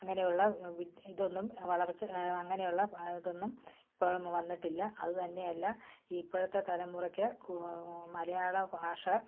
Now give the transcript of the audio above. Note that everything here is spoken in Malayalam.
അങ്ങനെയുള്ള വിദ് ഇതൊന്നും വളർച്ച അങ്ങനെയുള്ള ഇതൊന്നും ഇപ്പോഴെങ്ങും വന്നിട്ടില്ല അത് തന്നെയല്ല ഇപ്പഴത്തെ തലമുറക്ക് മലയാള ഭാഷ